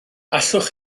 allwch